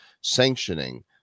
sanctioning